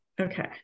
Okay